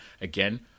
Again